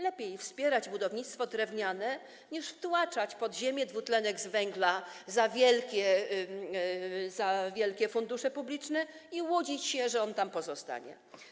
Lepiej wspierać budownictwo drewniane, niż wtłaczać pod ziemię dwutlenek węgla za wielkie fundusze publiczne i łudzić się, że on tam pozostanie.